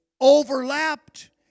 overlapped